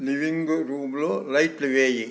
living రూమ్లో లైట్లు వేయి